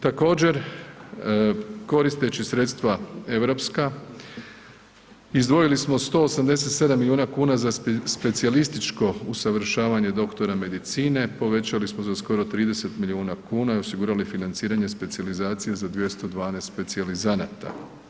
Također, koristeći sredstva europska izdvojili smo 187 milijuna kuna za specijalističko usavršavanje doktora medicine, povećali smo za skoro 30 milijuna kuna i osigurali financiranje specijalizacije za 212 specijalizanata.